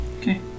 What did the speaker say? Okay